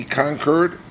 conquered